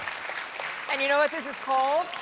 and you know what this is called?